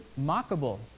mockable